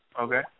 Okay